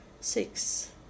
six